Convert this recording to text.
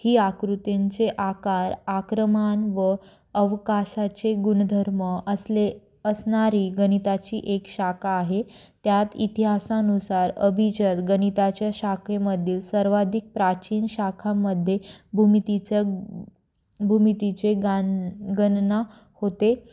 ही आकृतींचे आकार आक्रमण व अवकाशाचे गुणधर्म असले असणारी गणिताची एक शाखा आहे त्यात इतिहासानुसार अभिजात गणिताच्या शाखेमधील सर्वाधिक प्राचीन शाखामध्ये भूमितीचं भूमितीचे गान गणना होते